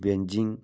Beijing